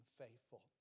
faithful